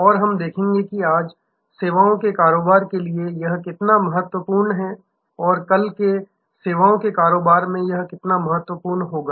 और हम देखेंगे कि आज सेवाओं के कारोबार के लिए यह कितना महत्वपूर्ण है और कल के सेवाओं के कारोबार में यह कितना महत्वपूर्ण होगा